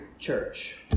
Church